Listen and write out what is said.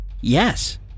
yes